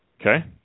Okay